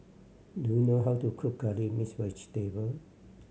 do you know how to cook Curry Mixed Vegetable